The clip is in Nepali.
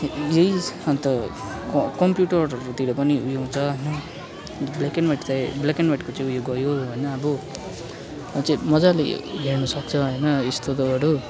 यही अन्त कम्पयुटरहरूतिर पनि उयो हुन्छ होइन ब्ल्याक एन्ड वाइट चाहिँ ब्ल्याक एन्ड वाइटको चाहिँ उयो गयो होइन अब म चाहिँ मज्जाले हेर्नु सक्छ होइन यस्तो त हरू